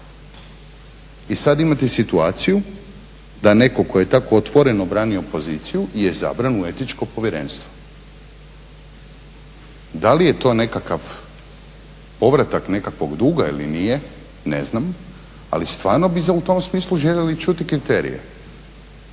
I sad imate situaciju da netko tko je tako otvoreno branio poziciju je izabran u etičko povjerenstvo. Da li je to nekakav povratak nekakvog duga ili nije, ne znam, ali stvarno bi u tom smislu željeli čuti kriterije.